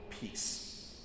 peace